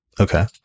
Okay